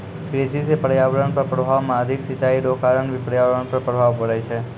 कृषि से पर्यावरण पर प्रभाव मे अधिक सिचाई रो कारण भी पर्यावरण पर प्रभाव पड़ै छै